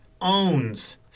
owns